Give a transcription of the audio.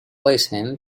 listen